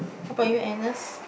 how about you Agnes